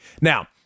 now